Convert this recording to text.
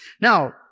Now